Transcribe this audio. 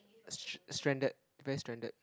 stran~ stranded very stranded